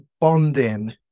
bonding